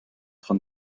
train